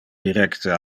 directe